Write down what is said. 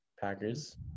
Packers